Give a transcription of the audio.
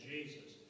Jesus